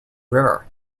river